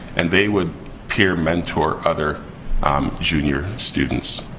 and they would peer mentor other junior students.